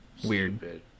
Weird